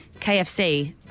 KFC